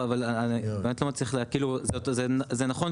זה נכון,